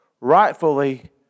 rightfully